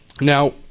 Now